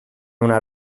una